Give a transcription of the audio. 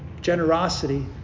Generosity